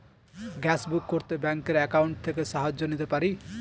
Gas book করতে ব্যাংকের account থেকে সাহায্য নিতে পারি?